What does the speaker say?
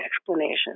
explanation